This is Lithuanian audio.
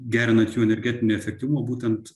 gerinant jų energetinį efektyvumą būtent